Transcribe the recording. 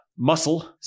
Muscle